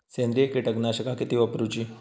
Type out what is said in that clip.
सेंद्रिय कीटकनाशका किती वापरूची?